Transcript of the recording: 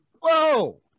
Whoa